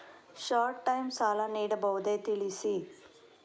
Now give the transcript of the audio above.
Short time ಸಾಲ ನೀಡಬಹುದೇ ತಿಳಿಸಿ?